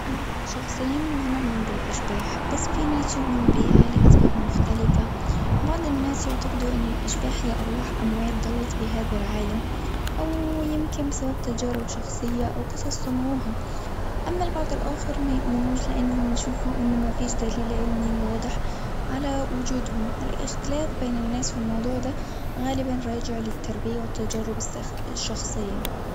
أنا شخصيًا ما نؤمن بالأشباح، بس في ناس يؤمنوا بها لأسباب مختلفة، بعض الناس يعتقدوا إن الأشباح هي أرواح أموات معنا في هذا العالم، أو يمكن بسبب تجارب شخصية أو قصصهم هم، أما البعض الآخر ما يؤمنوش لإنهم يشوفوا إن ما فيش دليل علمي وواضح على وجودهم الاختلاف بين الناس في الموضوع ده غالبا راجع للتربية والتجارب الش- الشخصية.